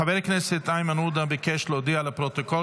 חבר הכנסת איימן עודה ביקש להודיע לפרוטוקול